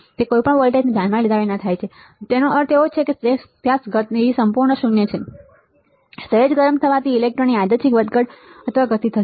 તે કોઈપણ લાગુ વોલ્ટેજને ધ્યાનમાં લીધા વિના થાય છે જેનો અર્થ છે કે તમે જુઓ છો કે સંપૂર્ણ ગતિ શૂન્ય છે સહેજ ગરમ થવાથી ઇલેક્ટ્રોનની યાદચ્છિક વધઘટ અથવા ગતિ થશે